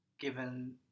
given